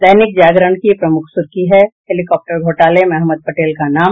दैनिक जागरण की प्रमुख सुखी है हेलीकाप्टर घोटाले में अहमद पटेल का नाम